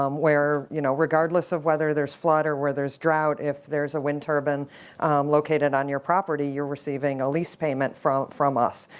um where, you know regardless of whether there's flood or there's drought, if there's a wind turbine located on your property, you're receiving a lease payment from from us.